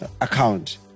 account